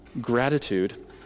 gratitude